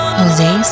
jose